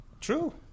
True